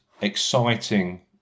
exciting